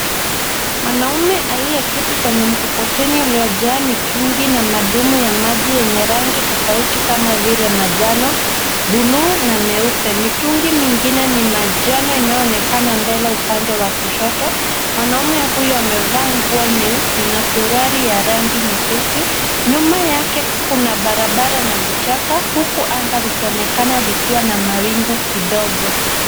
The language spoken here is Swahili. Mwanaume aliye keti kwenye mkokoteni uliojaa mitungi na madumo ya maji yenye rangi tofauti kama vile manjano, buluu na meupe. Mitungi mingine ni manjano inayoonekana mbele upande wa kushoto. Mwanaume huyo amevaa nguo nyeusi na suruali ya rangi nyepesi. Nyuma yake kuna barabara na vichaka, huku anga likionekana likiwa na mawingu kidogo.